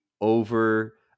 over